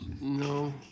No